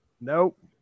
Nope